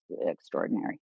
extraordinary